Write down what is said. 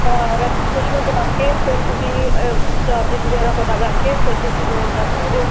ਹਾਂ ਰਜਿਸਟਰੇਸ਼ਨ ਕਰਾ ਕੇ ਫਿਰ ਤੁਸੀਂ ਚਾਰਜਿਸ ਵਗੈਰਾ ਪਤਾ ਕਰਕੇ ਫਿਰ ਤੁਸੀਂ ਜੁਆਇਨ ਕਰ ਸਕਦੇ ਹੋ